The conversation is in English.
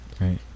Right